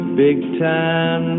big-time